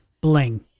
bling